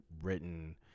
written